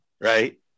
Right